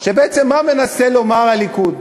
בעצם, מה מנסה לומר הליכוד?